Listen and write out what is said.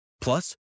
Plus